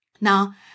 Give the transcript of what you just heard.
Now